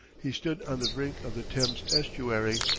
he stood on the brink of the thames estuary,